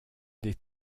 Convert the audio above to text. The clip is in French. des